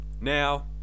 Now